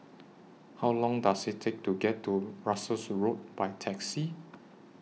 How Long Does IT Take to get to Russels Road By Taxi